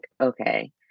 okay